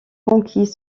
conquis